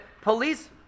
police